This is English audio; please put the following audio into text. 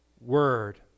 word